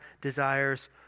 desires